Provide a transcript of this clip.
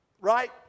right